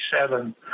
Seven